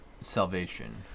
salvation